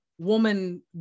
woman